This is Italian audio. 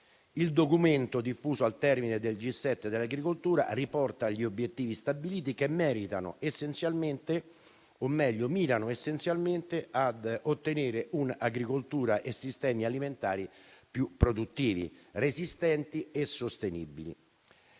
Il documento diffuso al termine del G7 dell'agricoltura riporta gli obiettivi stabiliti, che mirano essenzialmente ad ottenere un'agricoltura e sistemi alimentari più produttivi, resistenti e sostenibili.